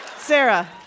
Sarah